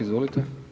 Izvolite.